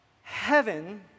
heaven